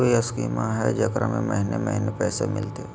कोइ स्कीमा हय, जेकरा में महीने महीने पैसा मिलते?